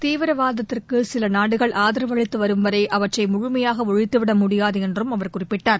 தீவிரவாத்திற்கு சில நாடுகள் ஆதரவு அளித்து வரும் வரை அவற்றை முழுமையாக ஒழித்துவிட முடியாது என்றும் அவர் குறிப்பிட்டார்